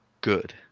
good